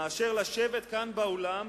מאשר לשבת כאן באולם